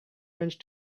french